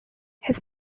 his